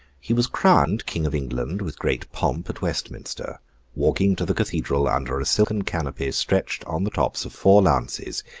he was crowned king of england, with great pomp, at westminster walking to the cathedral under a silken canopy stretched on the tops of four lances,